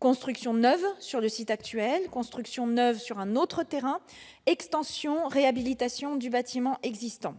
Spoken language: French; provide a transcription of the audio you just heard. construction neuve sur le site actuel, construction neuve sur un autre terrain, extension-réhabilitation du bâtiment existant.